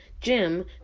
Jim